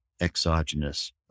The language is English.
exogenous